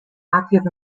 active